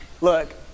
Look